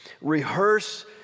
rehearse